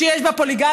שיש בה פוליגמיה,